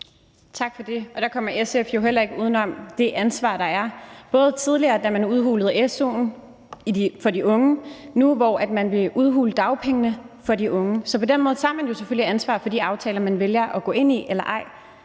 Tak for det. Der kommer SF jo heller ikke uden om det ansvar, der er: både tidligere, da man udhulede su'en for de unge, og nu, hvor man vil udhule dagpengene for de unge. Så på den måde tager man jo selvfølgelig ansvar for de aftaler, man vælger at gå ind i. Jeg er